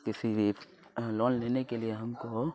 کسی بھی لون لینے کے لیے ہم کو